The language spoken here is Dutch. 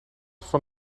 van